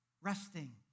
Resting